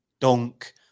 Dunk